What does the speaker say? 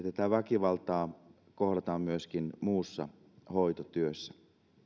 tätä väkivaltaa kohdataan myöskin muussa hoitotyössä